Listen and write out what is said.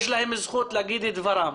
יש להם זכות להגיד את דבריהם,